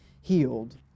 healed